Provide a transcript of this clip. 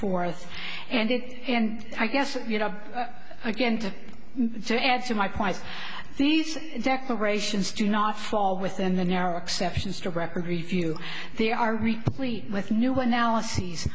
forth and i guess you know again to add to my point these declarations do not fall within the narrow exceptions to record review they are replete with new analyses